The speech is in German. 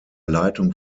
leitung